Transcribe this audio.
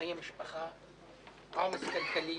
חיי משפחה, עומס כלכלי,